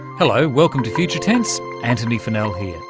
hello, welcome to future tense, antony funnell here.